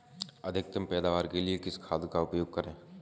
अधिकतम पैदावार के लिए किस खाद का उपयोग करें?